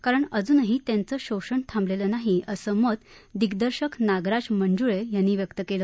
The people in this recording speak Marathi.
कारण अजूनही त्यांच शोषण थांबलेलं नाही असं मत दिग्दर्शक नागराज मंजुळे यांनी व्यक्त केलं